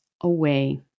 away